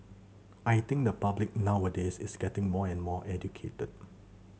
I think the public nowadays is getting more and more educate